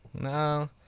No